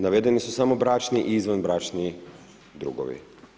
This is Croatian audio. Navedeni su samo bračni i izvanbračni drugovi.